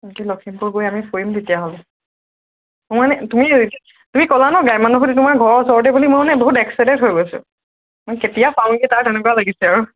লখিমপুৰ গৈ আমি ফুৰিম তেতিয়াহ'ল মই মানে তুমি তুমি কলা ন গ্ৰাম্য়ানুভূতি তোমাৰ ঘৰ ওচৰতে বুলি মই মানে বহুত এক্সাইটেড হৈ গৈছোঁ মই কেতিয়া পাওঁগে তাত তেনেকুৱা লাগিছে আৰু